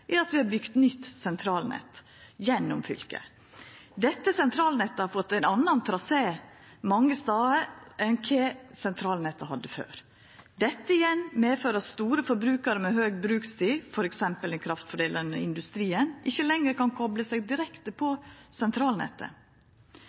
at vi har bygd nytt sentralnett gjennom fylket. Dette sentralnettet har fått ein annan trasé mange stader enn kva sentralnettet hadde før. Dette igjen fører med seg at store forbrukarar med høg brukstid, f.eks. den kraftforedlande industrien, ikkje lenger kan kopla seg direkte på